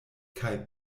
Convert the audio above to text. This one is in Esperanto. kaj